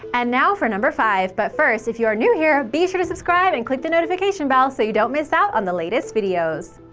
and now for number five, but first if you are new here, be sure to subscribe and click the notification bell so you don't miss out on the latest videos.